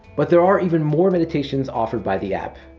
but there are even more meditations offered by the app.